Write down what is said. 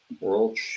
World